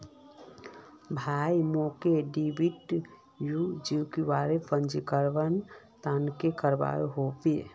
भाया, मोक डीडीयू जीकेवाईर पंजीकरनेर त न की करवा ह बे